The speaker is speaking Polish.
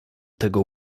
tego